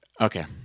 okay